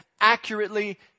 accurately